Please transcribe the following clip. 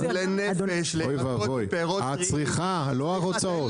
אוי ואבוי, הצריכה, לא ההוצאות.